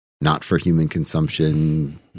not-for-human-consumption